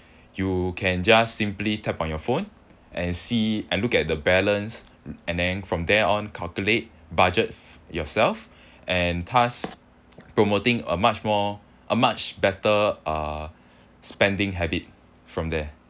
you can just simply tap on your phone and see and look at the balance and then from there on calculate budget yourself and thus promoting a much more a much better uh spending habit from there